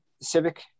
civic